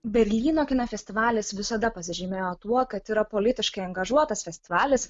berlyno kino festivalis visada pasižymėjo tuo kad yra politiškai angažuotas festivalis